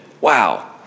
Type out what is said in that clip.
Wow